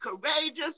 courageous